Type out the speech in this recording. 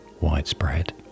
widespread